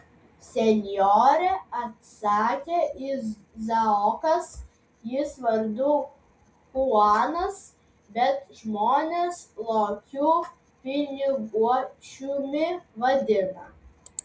senjore atsakė izaokas jis vardu chuanas bet žmonės lokiu piniguočiumi vadina